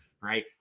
right